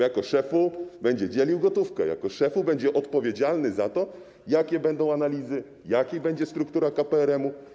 Jako szefu będzie dzielił gotówkę, jako szefu będzie odpowiedzialny za to, jakie będą analizy, jaka będzie struktura KPRM-u.